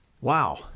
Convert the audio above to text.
Wow